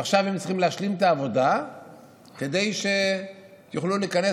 ועכשיו הם צריכים להשלים את העבודה כדי שיוכלו להיכנס